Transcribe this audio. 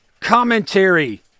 commentary